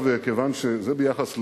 זה ביחס,